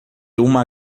uma